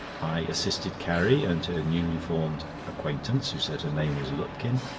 i assisted carrie and her newly-formed acquaintance, who said her name was lupkin,